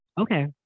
Okay